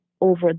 Over